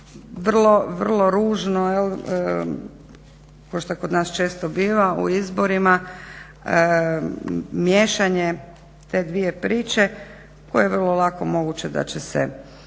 vrlo ružno kao što kod nas često biva u izborima miješanje te dvije priče koje vrlo lako moguće da će se